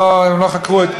והם לא חקרו,